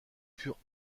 furent